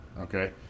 okay